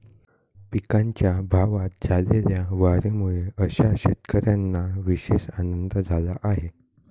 पिकांच्या भावात झालेल्या वाढीमुळे अशा शेतकऱ्यांना विशेष आनंद झाला आहे